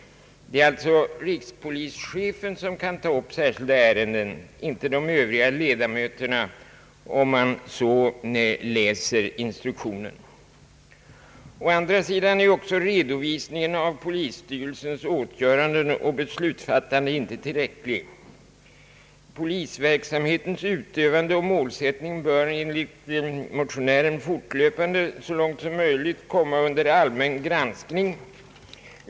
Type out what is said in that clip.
Det är alltså rikspolischefen som kan ta upp särskilda ärenden, inte de övriga ledamöterna, om man så läser instruktionen. Å andra sidan är inte heller redovisningen av polisstyrelsens åtgöranden och beslutsfattande tillräcklig. Polisverksamhetens utövande och målsättning bör enligt motionären fortlöpande så långt som möjligt komma under allmän granskning.